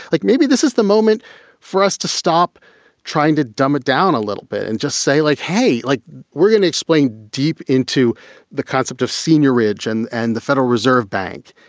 like maybe this is the moment for us to stop trying to dumb it down a little bit and just say, like, hey, like we're going to explain deep into the concept of senior ridge and and the federal reserve bank.